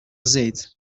żejt